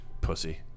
pussy